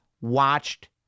watched